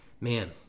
Man